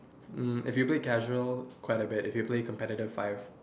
mm if you play casual quite a bit if you play competitive five